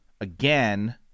again